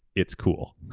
it's cool.